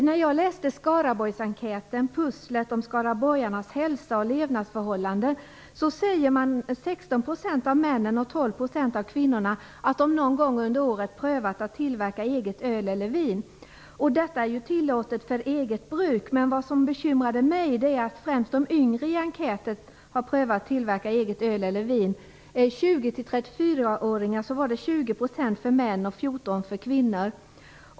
Enligt Skaraborgsenkäten om skaraborgarnas hälsa och levnadsförhållanden säger 16 % av männen och 12 % av kvinnorna att de någon gång under året prövat att tillverka eget öl eller vin. Det är tillåtet för eget bruk. Vad som bekymrar mig är att det främst är ungdomar som enligt enkäten har prövat tillverka öl eller vin - 20 % av män i åldern 20-34 och 14 % av kvinnor.